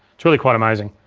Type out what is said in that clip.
it's really quite amazing.